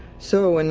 so, and